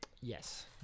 Yes